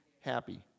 happy